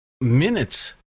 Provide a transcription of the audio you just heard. minutes